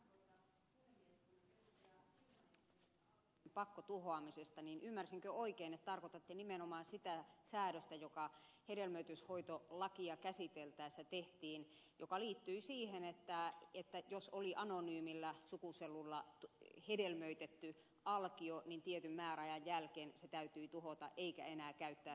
tiusanen puhui pakkotuhoamisesta niin ymmärsinkö oikein että tarkoitatte nimenomaan sitä säädöstä joka hedelmöityshoitolakia käsiteltäessä tehtiin joka liittyi siihen että jos oli anonyymillä sukusolulla hedelmöitetty alkio niin tietyn määräajan jälkeen se täytyi tuhota eikä enää käyttää hedelmöityshoidoissa hyväksi